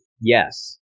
yes